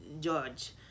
George